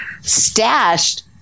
stashed